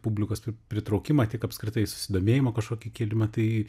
publikos pritraukimą tiek apskritai susidomėjimo kažkokį kėlimą tai